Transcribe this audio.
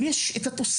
אם יש תוספת,